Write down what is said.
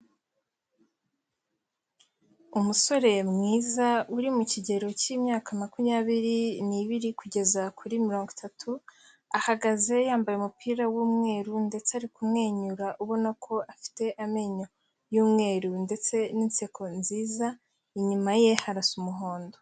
Umusore mwiza uri mu kigero k'imyaka makumyabiri n'ibiri kugeza kuri mirongo itatu, ahagaze yambaye umupira w'umweru ndetse ari kumwenyura, ubona ko afite amenyo y'umweru ndetse n'inseko nziza, inyuma ye harasa umuhondo.